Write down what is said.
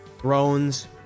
thrones